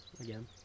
Again